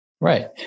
Right